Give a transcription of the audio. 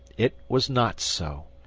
it was not so.